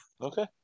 Okay